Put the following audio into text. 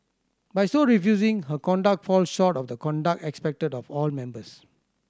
by so refusing her conduct falls short of the conduct expected of all members